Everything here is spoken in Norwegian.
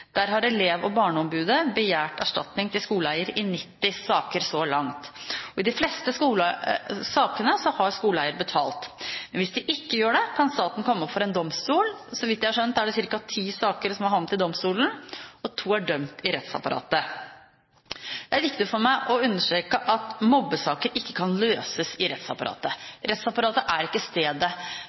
Der har elev og barneombud begjært erstatning til skoleeier i 90 saker så langt. I de fleste sakene har skoleeier betalt. Men hvis de ikke gjør det, kan saken komme for en domstol. Så vidt jeg har skjønt, er det ca. ti saker som har havnet i domstolen, og to er dømt i rettsapparatet. Det er viktig for meg å understreke at mobbesaker ikke kan løses i rettsapparatet. Rettsapparatet er ikke stedet